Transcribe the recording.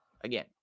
Again